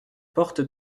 porte